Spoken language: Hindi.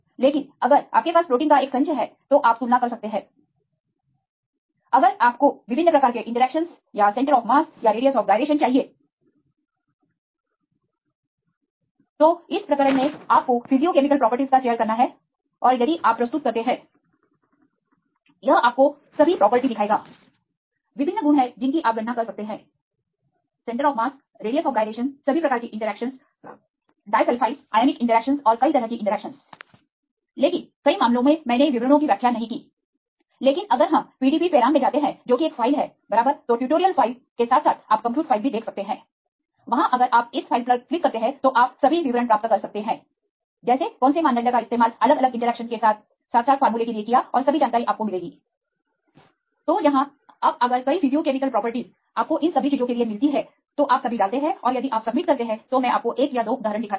लेकिन अगर आपके पास प्रोटीन का एक संच है तो आप तुलना कर सकते हैं दूसरे एक अधिकार पर अगर आप को विभिन्न प्रकार के इंटरैक्शन या द्रव्यमान का मध्य या रेडियस आफ गायरेशन चाहिए इस प्रकरण में आपको फिजियोकेमिकल प्रॉपर्टीज का चयन करना है औरयदिआप प्रस्तुत करते हैं यह आपको सभी प्रॉपर्टी दिखाएगा विभिन्न गुण हैं जिन्हें आप गणना कर सकते हैं द्रव्यमान का मध्य रेडियस ऑफ गायरेशन सभी प्रकार की इंटरेक्शनस डायसल्फाफाइडस आयनिक इंटरैक्शनस और कई तरह की इंटरैक्शन लेकिन कई मामलों में मैंने विवरणों की व्याख्या नहीं की लेकिन अगर हम PDBपेराम में जाते हैं जो कि एक फाइल है बराबर ट्यूटोरियल फाइल के साथ साथ आप कंप्यूट फाइल भी देख सकते हैं वहां अगर आप इस फाइल पर क्लिक करते हैं तो आप सभी विवरण प्राप्त कर सकते हैं जैसे कौन से मानदंड का इस्तेमाल अलग अलग इंटरैक्शन के साथ साथ फॉर्मूला के लिए कियाऔर सभी जानकारी आपको मिलेगी तो यहाँ अब अगर कई फिजियोकेमिकल प्रॉपर्टीज आपको इन सभी चीजों के लिए मिलते हैं तो आप सभी डालते हैं और यदि आप सबमिट करते हैं तो मैं आपको 1 या 2 उदाहरण दिखाता हूं